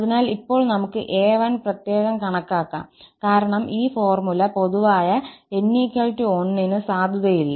അതിനാൽ ഇപ്പോൾ നമുക് 𝑎1 പ്രത്യേകം കണക്കാക്കാം കാരണം ഈ ഫോർമുല പൊതുവായ 𝑛1 ന് സാധുതയില്ല